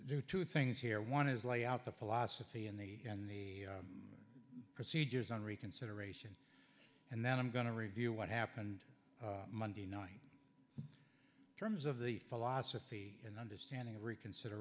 do two things here one is lay out the philosophy and the and the procedures on reconsideration and then i'm going to review what happened monday night terms of the philosophy and understanding of reconsider